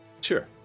sure